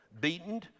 beaten